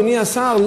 אדוני השר,